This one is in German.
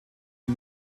die